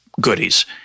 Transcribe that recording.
goodies